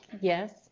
yes